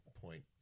point